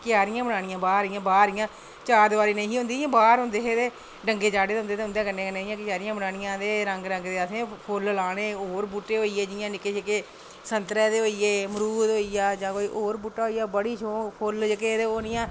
क्यारियां बनानियां इं'या बाह्र इं'या बाह्र चारदिवारी निं ही होंदी इं'या बाहर होंदे हे डंगे चाढ़े दे होंदे हे ते उं'दे कन्नै कन्नै इं'या क्यारियां बनानियां ते रंग रंग दे असें फुल्ल लाने होर बूह्टे होइये जि'यां निक्के निक्के संतरे दे होइये मरूद होइया जां कोई होर बूह्टा होइया बड़ी शौक फुल्ल जेह्के ते ओह् इं'या